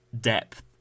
depth